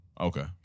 Okay